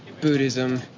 Buddhism